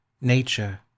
Nature